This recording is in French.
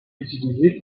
utilisée